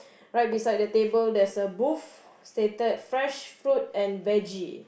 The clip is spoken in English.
right beside the table there's a booth stated fresh food and veggie